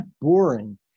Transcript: boring